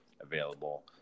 available